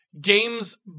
games